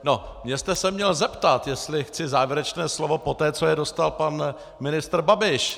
No, mně jste se měl zeptat, jestli chci závěrečné slovo poté, co je dostal pan ministr Babiš.